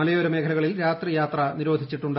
മലയോര മേഖലകളിൽ രാത്രിയാത്ര നിരോധിച്ചിട്ടുണ്ട്